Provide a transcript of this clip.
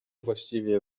właściwie